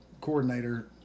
coordinator